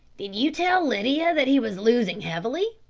did you tell lydia that he was losing heavily?